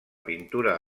pintura